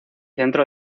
centro